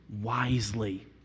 wisely